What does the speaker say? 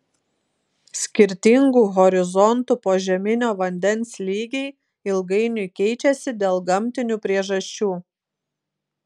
skirtingų horizontų požeminio vandens lygiai ilgainiui keičiasi dėl gamtinių priežasčių